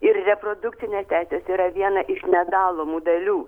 ir reprodukcinė teisės yra viena iš nedalomų dalių